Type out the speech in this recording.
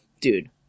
dude